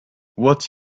what